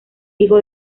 hijo